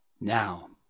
Now